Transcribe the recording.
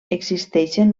existeixen